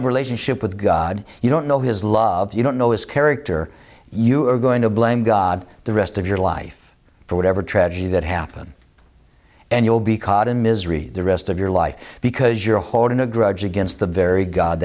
i'm relationship with god you don't know his love you don't know his character you are going to blame god the rest of your life for whatever tragedy that happen and you'll be caught in misery the rest of your life because you're holding a grudge against the very god